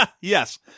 Yes